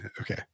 Okay